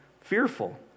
fearful